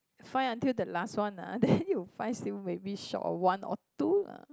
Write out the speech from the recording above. find until the last one ah then you find still maybe short of one or two lah